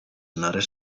another